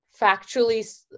factually